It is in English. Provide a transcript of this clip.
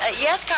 Yes